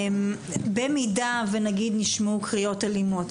במידה ונגיד נשמעו קריאות אלימות,